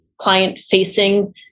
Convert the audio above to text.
client-facing